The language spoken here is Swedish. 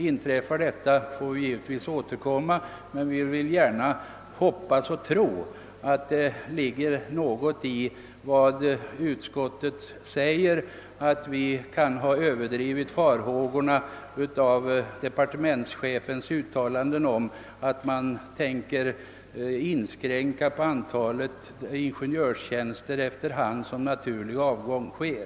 Inträffar detta, får vi givetvis återkomma, men vi vill gärna hoppas och tro att det ligger någonting i vad utskottet säger om att vi kan ha överdrivit farhågorna på grund av departementschefens uttalande, att man tänker inskränka antalet ingenjörstjänster efter hand som naturlig avgång sker.